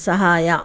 ಸಹಾಯ